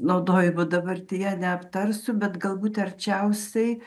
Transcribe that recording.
naudojimo dabartyje neaptarsiu bet galbūt arčiausiai